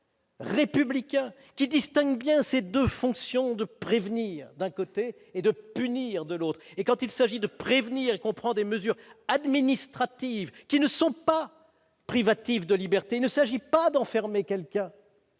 Républicain qui distingue bien ces 2 fonctions de prévenir, d'un côté et d'obtenir de l'autre et quand il s'agit de prévenir comprend des mesures administratives qui ne sont pas privative de liberté, il ne s'agit pas d'enfermer quelqu'un.